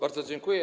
Bardzo dziękuję.